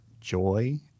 joy